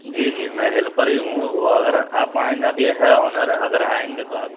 جی جی میں ہیلپر ہی ہوں وہ اگر آپ آئیں گے اب یہ ہے آنر اگر آئیں گے تو آپ